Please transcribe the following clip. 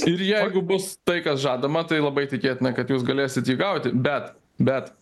ir jeigu bus tai kas žadama tai labai tikėtina kad jūs galėsit jį gauti bet bet